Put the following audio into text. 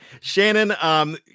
Shannon